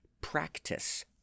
practice